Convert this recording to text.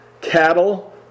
cattle